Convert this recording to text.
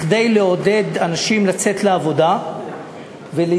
כדי לעודד אנשים לצאת לעבודה ולהשתכר.